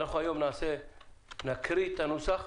היום נקרא את הנוסח,